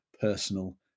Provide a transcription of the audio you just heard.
personal